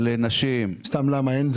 למה אין?